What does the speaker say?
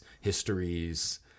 histories